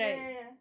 ya ya ya